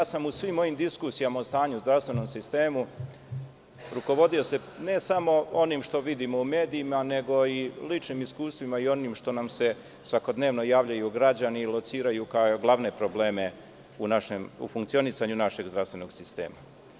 U svim mojim diskusijama o stanju u zdravstvenom sistemu rukovodio sam se, ne samo onim što vidim u medijima, nego i ličnim iskustvima i onim što nam se svakodnevno javljaju građani i lociraju kao glavne probleme u funkcionisanju našeg zdravstvenog sistema.